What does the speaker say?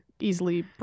easily